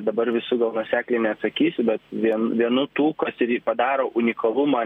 dabar visų gal nuosekliai neatsakysiu bet vien vienu tų kas irgi padaro unikalumą